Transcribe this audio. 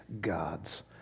God's